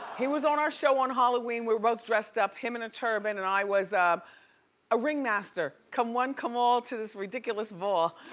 he was on our show on halloween, we were both dressed up, him in a turbon, and i was a ring master, come one come all to this ridiculous ball,